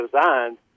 designed